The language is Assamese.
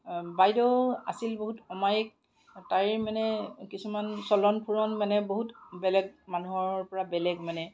বাইদেউ আছিল বহুত অমায়িক তাই মানে কিছুমান চলন ফুৰণ মানে বহুত বেলেগ মানুহৰ পৰা বেলেগ মানে